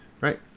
right